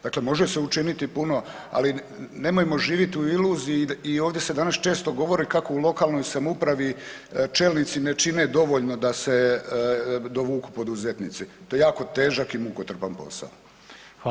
Dakle, može se učiniti puno, ali nemojmo živjeti u iluziji i ovdje se danas često govori kako u lokalnoj samoupravi čelnici ne čine dovoljno da se dovuku poduzetnici, to je jako težak i mukotrpan posao.